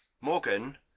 Morgan